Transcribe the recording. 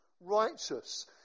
righteous